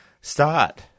start